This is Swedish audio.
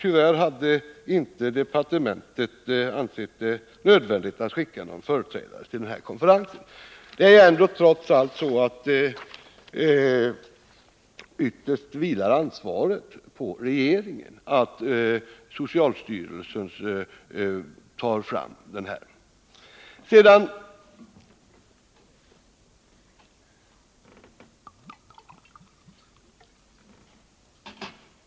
Tyvärr hade inte departementet ansett det nödvändigt att sända någon företrädare till den här konferensen. Ytterst vilar ändå ansvaret på regeringen att socialstyrelsen tar fram den här planen.